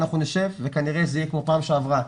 אנחנו נשב וכנראה שזה יהיה כמו בפעם שעברה,